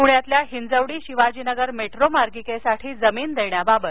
पूण्यातल्या हिंजवडी शिवाजीनगर मेट्रो मार्गिकेसाठी जमीन देण्याबाबत